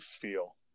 feel